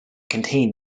contain